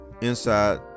inside